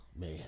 Man